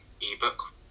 ebook